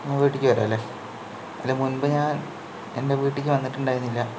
ഇങ്ങ് വീട്ടിലേക്ക് വരുമല്ലോ അല്ലെ ഇതിന് മുൻപ് ഞാൻ എൻ്റെ വീട്ടിലേക്ക് വന്നിട്ടുണ്ടായിരുന്നില്ല